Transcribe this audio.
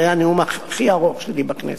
זה היה הנאום הכי ארוך שלי בכנסת.